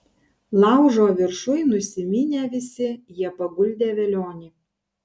laužo viršuj nusiminę visi jie paguldė velionį